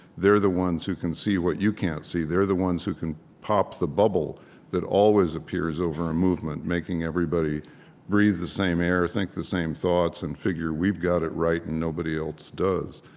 they're the ones who can see what you can't see. they're the ones who can pop the bubble that always appears over a movement, making everybody breathe the same air, think the same thoughts, and figure we've got it right and nobody else does.